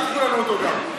אל תיקחו לנו אותו גם.